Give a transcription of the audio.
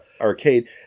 arcade